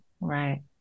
right